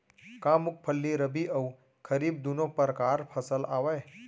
का मूंगफली रबि अऊ खरीफ दूनो परकार फसल आवय?